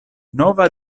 nova